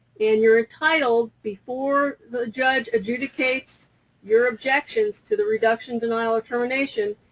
and you're entitled, before the judge adjudicates your objections, to the reduction, denial, or termination,